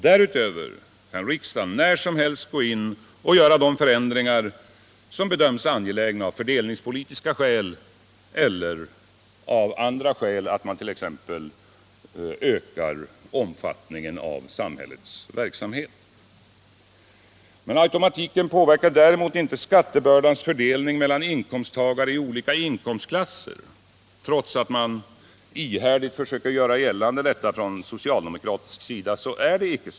Därutöver kan riksdagen när som helst gå in och göra de förändringar som bedöms angelägna av fördelningspolitiska eller andra skäl, t.ex. att man ökar omfattningen av samhällets verksamhet. Automatiken påverkar däremot inte skattebördans fördelning mellan inkomsttagare i olika inkomstklasser, som man så ihärdigt försökt göra gällande från socialdemokratisk sida.